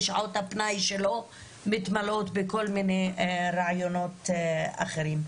ושעות הפנאי שלו מתמלאות בכל מיני רעיונות אחרים.